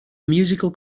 musical